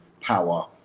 power